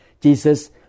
Jesus